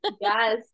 Yes